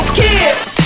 kids